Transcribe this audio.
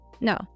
No